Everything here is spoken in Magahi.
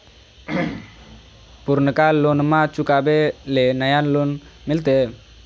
पुर्नका लोनमा चुकाबे ले नया लोन मिलते?